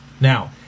Now